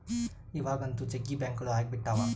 ಇವಾಗಂತೂ ಜಗ್ಗಿ ಬ್ಯಾಂಕ್ಗಳು ಅಗ್ಬಿಟಾವ